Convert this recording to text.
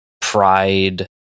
Pride